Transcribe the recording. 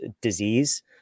disease